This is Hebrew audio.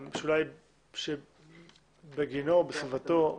שבגינו בסביבתו,